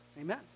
amen